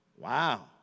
Wow